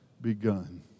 begun